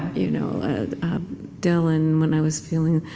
you know dylan, when i was feeling,